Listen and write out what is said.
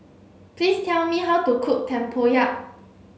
please tell me how to cook Tempoyak